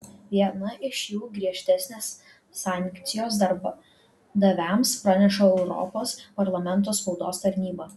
viena iš jų griežtesnės sankcijos darbdaviams praneša europos parlamento spaudos tarnyba